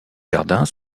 jardins